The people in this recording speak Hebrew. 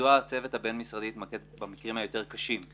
מדוע הצוות הבין-משרדי התמקד במקרים היותר קשים.